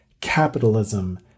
capitalism